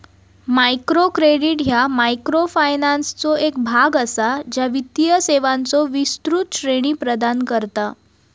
micro credit ह्या मायक्रोफायनान्सचो एक भाग असा, ज्या वित्तीय सेवांचो विस्तृत श्रेणी प्रदान करता